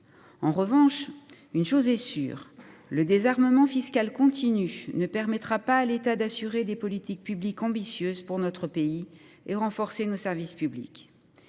En revanche, une chose est sûre : le désarmement fiscal continu ne permettra pas à l’État d’assurer des politiques publiques ambitieuses pour notre pays et de renforcer nos services publics.